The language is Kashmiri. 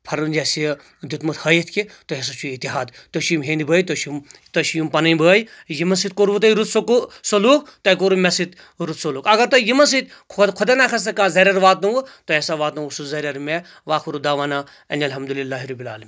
یہِ ہسا یہِ دِیُتمُت ہٲیِتھ کہِ تۄہہِ ہسا چھُ اتِحاد تۄہہِ چھِو یِم ہنٛدۍ بٲے تۄہہِ چھِ یِم تۄہہِ چھِ یِم پنٕنۍ بٲے یِمن سۭتۍ کوٚروٕ تۄہہِ رُت سکو سلوک تۄہہِ کوٚروُ مےٚ سۭتۍ رُت سلوک اگر تۄہہِ یِمن سۭتۍ خۄ خۄدا نہ خاستہٕ زرٮ۪ر واتنٲووٕ تۄہہِ ہسا واتنٲووُ سُہ زرٮ۪ر مےٚ وآخرُ دعوانا ان الحمدُ اللہ رَبُ العالمین